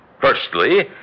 Firstly